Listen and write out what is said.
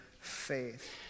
faith